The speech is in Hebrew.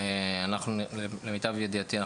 למיטב ידיעתי,